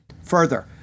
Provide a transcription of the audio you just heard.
Further